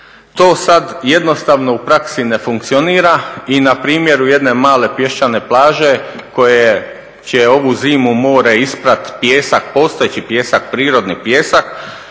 To sad jednostavno u praksi ne funkcionira i na primjeru jedne male pješčane plaže koju će ovu zimu more isprat pijesak, postojeći pijesak, prirodni pijesak,